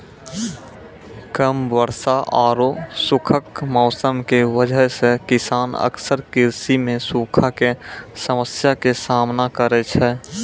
कम वर्षा आरो खुश्क मौसम के वजह स किसान अक्सर कृषि मॅ सूखा के समस्या के सामना करै छै